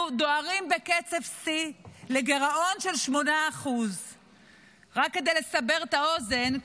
ואנחנו דוהרים בקצב שיא לגירעון של 8%. רק כדי לסבר את האוזן,